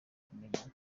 kumenyana